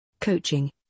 Coaching